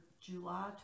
July